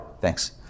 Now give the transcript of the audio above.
thanks